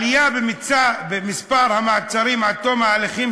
עלייה במספר המעצרים עד תום ההליכים,